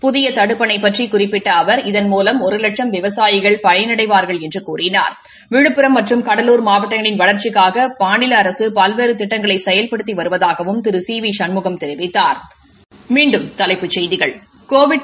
புதிய தடுப்பணை பற்றி குறிப்பிட்ட அவர் இதன் மூலம் ஒரு லட்சம் விவசாயிகள் பயனடைவார்கள் என்று கூறினாா் விழுப்புரம் மற்றும் கடலூர் மாவடடங்களின் வளாச்சிக்காக மாநில அரசு பல்வேறு திட்டங்களை செயல்படுத்தி வருவதாகவும் திரு சி வி சண்முகம் தெரிவித்தாா்